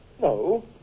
No